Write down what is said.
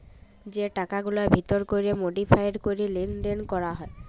যে টাকাগুলার ভিতর ক্যরে মডিফায়েড ক্যরে লেলদেল ক্যরা হ্যয়